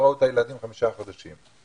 לא ראו את הילדים חמישה חודשים.